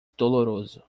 doloroso